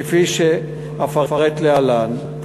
כפי שאפרט להלן.